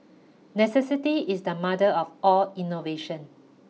necessity is the mother of all innovation